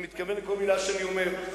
אני מתכוון לכל מלה שאני אומר.